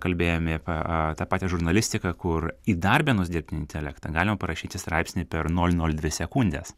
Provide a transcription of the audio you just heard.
kalbėjom apie a tą patį žurnalistiką kur įdarbinus dirbtinį intelektą galima parašyti straipsnį per nol nol dvi sekundes